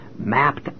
mapped